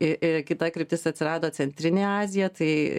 į ir kita kryptis atsirado centrinė azija tai